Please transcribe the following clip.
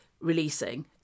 releasing